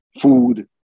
food